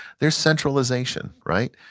their centralization, right?